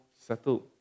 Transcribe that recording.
settled